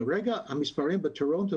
המספרים בטורונטו,